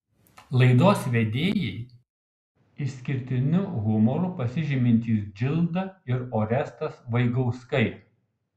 laidos vedėjai išskirtiniu humoru pasižymintys džilda ir orestas vaigauskai